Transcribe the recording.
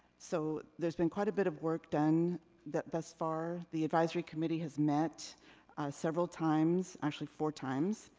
so, there's been quite a bit of work done that thus far, the advisory committee has met several times, actually, four times.